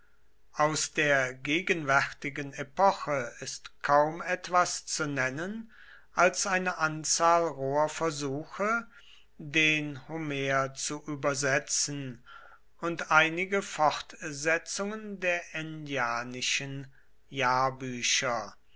aus der gegenwärtigen epoche ist kaum etwas zu nennen als eine anzahl roher versuche den homer zu übersetzen und einige fortsetzungen der ennianischen jahrbücher